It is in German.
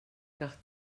nach